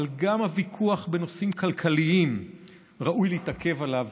אבל גם על הוויכוח בנושאים כלכליים ראוי להתעכב כאן,